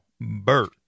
Bert